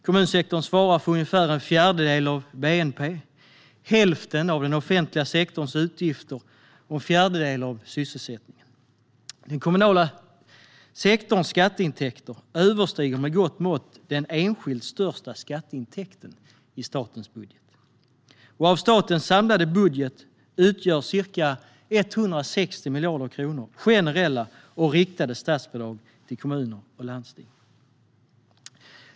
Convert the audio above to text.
Kommunsektorn svarar för ungefär en fjärdedel av bnp, hälften av den offentliga sektorns utgifter och en fjärdedel av sysselsättningen. Den kommunala sektorns skatteintäkter överstiger med gott mått den enskilt största skatteintäkten i statens budget. Av statens samlade budget utgör ca 160 miljarder kronor generella och riktade statsbidrag till kommuner och landsting.